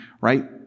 right